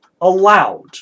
allowed